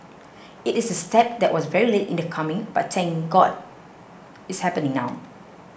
it is a step that was very late in coming but thank God it's happening now